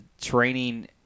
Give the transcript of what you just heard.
training